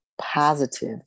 positive